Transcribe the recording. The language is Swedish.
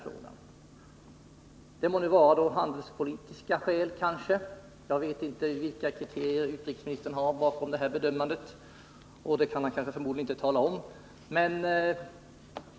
Skälen till att man inte gör det är kanske av handelspolitisk natur — jag vet inte vilka kriterier som ligger bakom utrikesministerns bedömning av läget, och förmodligen kan han inte heller tala om det.